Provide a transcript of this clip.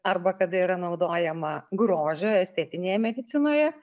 arba kada yra naudojama grožio estetinėje medicinoje